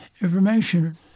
information